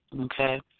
Okay